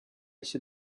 este